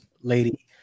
lady